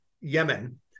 Yemen